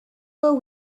will